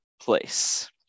place